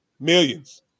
millions